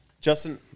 Justin